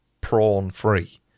prawn-free